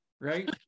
right